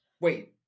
Wait